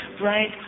right